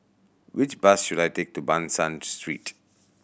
which bus should I take to Ban San Street